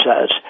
Says